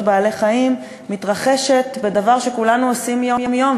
בעלי-חיים מתרחשת בדבר שכולנו עושים יום-יום,